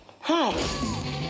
hi